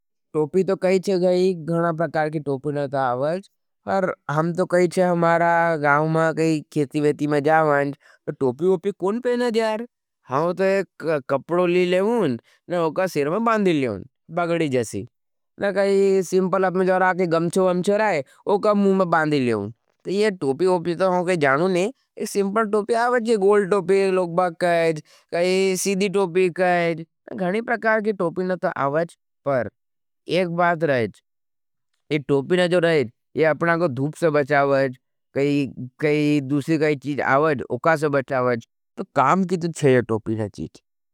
टोपी तो कही छे गई गणा प्रकार की टोपी नता आवज पर हम तो कही छे हमारा गाऊं में कही खेती-वेती में जावनच। तो टोपी-ओपी कोण पेनाज यार? हम तो एक कपड़ो ली लेवन औका सिर्मा बांधी लेवन बगडी जसी ना कही सिम्पल अपने जवर आके गंचो-वंचो रहे वो कब मुँमे बांधी लेवन तो ये टोपी-ओपी तो हम कही जानू नहीं। एक सिम्पल टोपी आवज ये गोल्ड टोपी लोगबाख कहेज कही सीधी टोपी कहेज। गणी प्रकार के टोपी न तो आवज पर एक बात रहेज ये टोपी न जो रहेज। ये अपना गो धूप से बचावज कही कही दूसरी काई चीज आवज उका से बचावज तो काम की तो चहे ये टोपी न चीज।